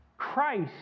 Christ